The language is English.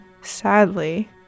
sadly